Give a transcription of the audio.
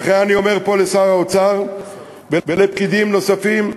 ולכן אני אומר פה לשר האוצר ולפקידים נוספים: